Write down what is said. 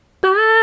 Bye